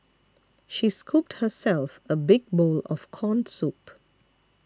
she scooped herself a big bowl of Corn Soup